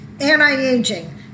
anti-aging